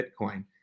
Bitcoin